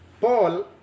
Paul